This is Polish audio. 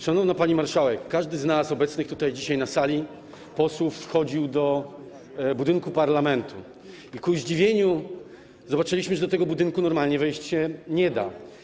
Szanowna pani marszałek, każdy z nas, obecnych dzisiaj na sali posłów, wchodził do budynku parlamentu i ku zdziwieniu zobaczył, że do tego budynku normalnie wejść się nie da.